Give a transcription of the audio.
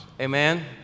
Amen